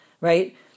right